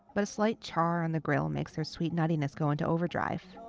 but a slight char on the grill makes their sweet nuttiness go into overdrive.